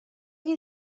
you